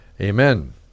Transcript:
Amen